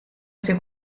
suoi